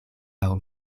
laŭ